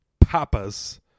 papas